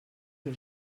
que